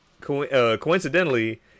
coincidentally